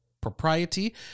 propriety